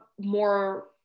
more